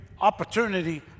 opportunity